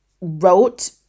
wrote